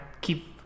keep